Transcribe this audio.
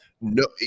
no